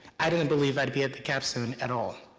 i didn't believe i'd be at the capstone at all.